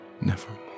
nevermore